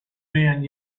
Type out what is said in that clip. man